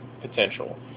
potential